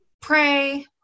pray